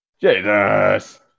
Jesus